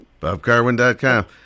Bobcarwin.com